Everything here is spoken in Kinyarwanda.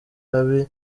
habi